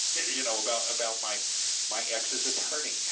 you know about about my my ex's attorney,